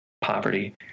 poverty